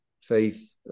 faith